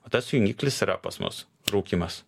o tas jungiklis yra pas mus rūkymas